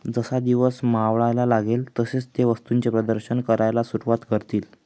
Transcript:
जसा दिवस मावळायला लागेल तसे ते वस्तूंचे प्रदर्शन करायला सुरुवात करतील